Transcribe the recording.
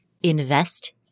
Invest